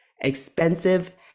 expensive